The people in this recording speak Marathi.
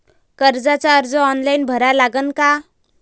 कर्जाचा अर्ज ऑनलाईन भरा लागन का?